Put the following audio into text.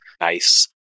nice